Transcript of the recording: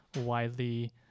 widely